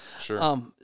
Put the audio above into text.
Sure